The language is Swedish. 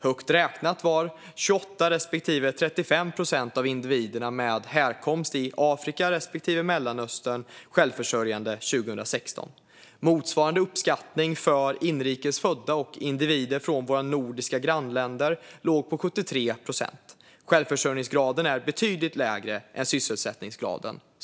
Högt räknat var 28 respektive 35 procent av individer med härkomst i Afrika respektive Mellanöstern självförsörjande 2016. Motsvarande uppskattningar för inrikes födda och individer från våra nordiska grannländer låg på 73 procent. Självförsörjningsgraden är betydligt lägre än sysselsättningsgraden.